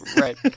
Right